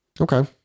Okay